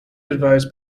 advised